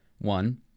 One